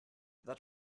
that